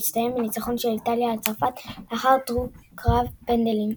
שהסתיים בניצחון של איטליה על צרפת לאחר דו-קרב פנדלים.